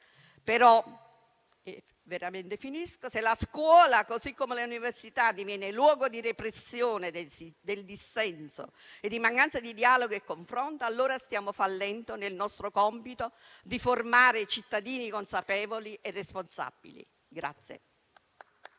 Però, se la scuola, così come le università, diviene luogo di repressione del dissenso e di mancanza di dialogo e confronto, allora stiamo fallendo nel nostro compito di formare cittadini consapevoli e responsabili.